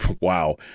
wow